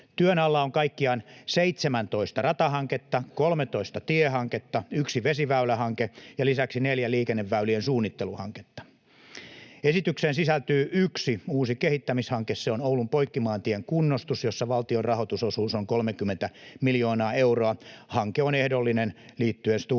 Työn alla on kaikkiaan 17 ratahanketta, 13 tiehanketta, yksi vesiväylähanke ja lisäksi neljä liikenneväylien suunnitteluhanketta. Esitykseen sisältyy yksi uusi kehittämishanke: se on Oulun Poikkimaantien kunnostus, jossa valtion rahoitusosuus on 30 miljoonaa euroa. Hanke on ehdollinen liittyen Stora Enson